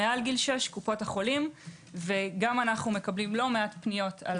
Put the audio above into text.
מעל גיל 6 קופות החולים וגם אנו מקבלים לא מעט פניות.